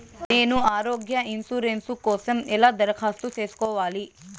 నేను ఆరోగ్య ఇన్సూరెన్సు కోసం ఎలా దరఖాస్తు సేసుకోవాలి